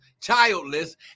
childless